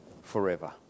forever